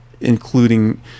including